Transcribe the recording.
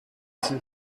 sind